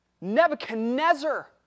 Nebuchadnezzar